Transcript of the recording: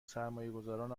سرمایهگذاران